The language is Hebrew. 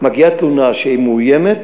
מגיעה תלונה שאישה מאוימת,